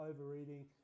overeating